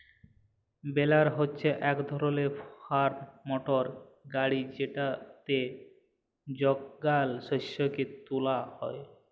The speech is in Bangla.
বেলার হছে ইক ধরলের ফার্ম মটর গাড়ি যেটতে যগাল শস্যকে তুলা হ্যয়